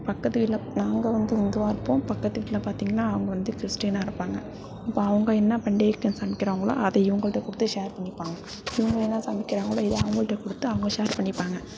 பக்கத்து வீட்டில் நாங்கள் வந்து இந்துவாக இருப்போம் பக்கத்து வீட்டில் பார்த்திங்கன்னா அவங்க வந்து கிறிஸ்டீனாக இருப்பாங்கள் இப்போ அவங்க என்ன பண்டிகைக்கு சமைக்கிறாங்களோ அதை இவங்கள்கிட்ட கொடுத்து ஷேர் பண்ணிப்பாங்கள் இவங்க என்ன சமைக்கிறாங்களோ இதை அவங்கள்ட்ட கொடுத்து அவங்க ஷேர் பண்ணிப்பாங்கள்